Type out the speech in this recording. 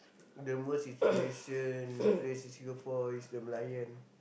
the most inspiration place in Singapore is the Merlion